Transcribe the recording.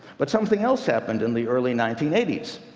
but something else happened in the early nineteen eighty s,